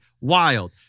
wild